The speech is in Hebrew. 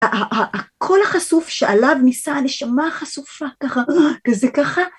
‫הקול החשוף שעליו ניסה ‫נשמה חשופה ככה, כזה ככה.